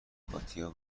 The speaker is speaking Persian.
کاتیا